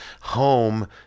Home